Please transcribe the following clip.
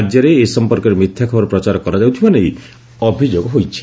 ରାଜ୍ୟରେ ଏ ସଂପର୍କରେ ମିଥ୍ୟା ଖବର ପ୍ରଚାର କରାଯାଉଥିବା ନେଇ ଅଭିଯୋଗ ହୋଇଛି